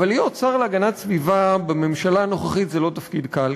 להיות שר להגנת הסביבה בממשלה הנוכחית זה לא תפקיד קל.